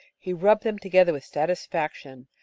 he rubbed them together with satisfaction,